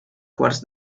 quarts